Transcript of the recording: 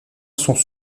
sont